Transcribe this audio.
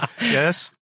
Yes